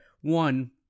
one